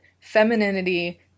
femininity